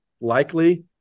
likely